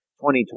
2020